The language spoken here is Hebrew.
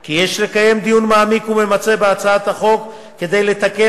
כי יש לקיים דיון מעמיק וממצה בהצעת החוק כדי לתקן